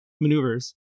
maneuvers